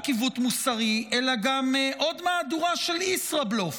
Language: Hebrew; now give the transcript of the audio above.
עיוות מוסרי אלא גם עוד מהדורה של ישראבלוף.